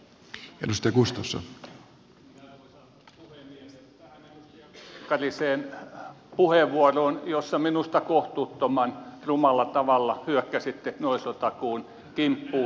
tähän edustaja pekkarisen puheenvuoroon jossa minusta kohtuuttoman rumalla tavalla hyökkäsitte nuorisotakuun kimppuun